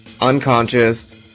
unconscious